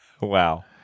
Wow